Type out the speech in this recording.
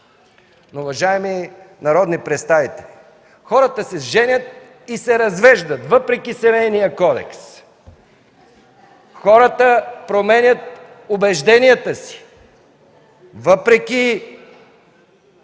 Уважаеми народни представители, хората се женят и се развеждат, въпреки Семейния кодекс. Хората променят убежденията си, въпреки